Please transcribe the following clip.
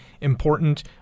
important